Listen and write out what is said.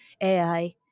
AI